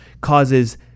causes